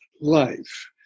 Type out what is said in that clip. life